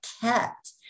kept